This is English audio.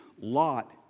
Lot